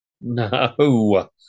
No